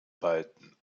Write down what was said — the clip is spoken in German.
beiden